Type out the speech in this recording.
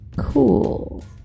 Cool